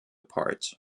part